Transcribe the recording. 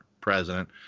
president